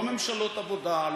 לא ממשלות עבודה,